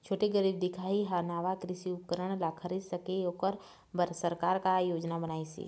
छोटे गरीब दिखाही हा नावा कृषि उपकरण ला खरीद सके ओकर बर सरकार का योजना बनाइसे?